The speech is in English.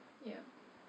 ya